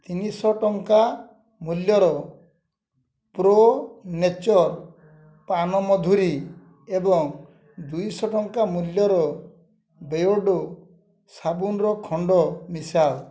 ତିନିଶହ ଟଙ୍କା ମୂଲ୍ୟର ପ୍ରୋ ନେଚର୍ ପାନମଧୁରୀ ଏବଂ ଦୁଇଶହ ଟଙ୍କା ମୂଲ୍ୟର ବେୟର୍ଡ଼ୋ ସାବୁନର ଖଣ୍ଡ ମିଶାଅ